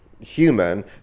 human